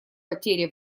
потеря